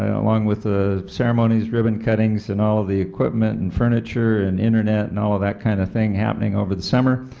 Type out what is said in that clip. ah along with ah ceremonies, ribbon ribbon cuttings, and all of the equipment and furniture and internet and all ah that kind of thing happening over the summer,